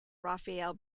rafael